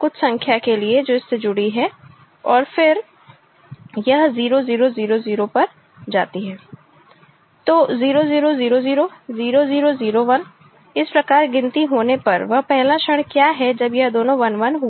कुछ संख्या के लिए जो इससे जुड़ी है और फिर यह 0 0 0 0 पर जाती है तो 0 0 0 0 0 0 0 1 इस प्रकार गिनती होने पर वह पहला क्षण क्या है जब यह दोनों 1 1 हुए